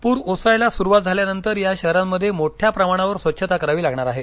पूर ओसरायला सुरूवात झाल्यानंतर या शहरांमध्ये मोठ्या प्रमाणावर स्वच्छता करावी लागणार आहे